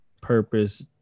purpose